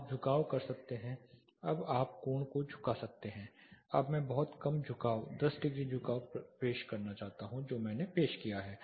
आप झुकाव कर सकते हैं अब आप कोण को झुका सकते हैं अब मैं बहुत कम झुकाव दस डिग्री झुकाव झुकाव पेश करना चाहता हूं जो मैंने पेश किया है